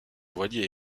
voilier